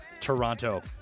Toronto